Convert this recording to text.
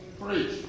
Preach